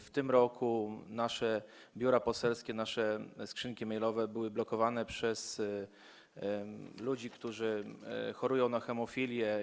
W tym roku nasze biura poselskie, nasze skrzynki mailowe były blokowane przez ludzi, którzy chorują na hemofilię.